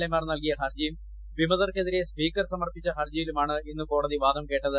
എമാർ നൽകിയ് ഹർജിയും വിമതർക്കെതിരെ സ്പീക്കർ സമർപ്പിച്ച ഹർജിയിലുമാണ് ഇന്ന് കോടതി വാദം കേട്ടത്